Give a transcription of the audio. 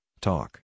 talk